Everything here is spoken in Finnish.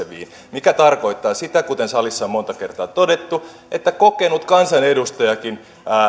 mikä tarkoittaa sitä kuten salissa on monta kertaa todettu että kokenut kansanedustajakin